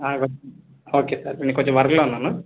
okay sir నేను కొంచెం వర్క్లో ఉన్నాను